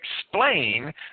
explain